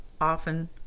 often